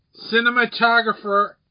cinematographer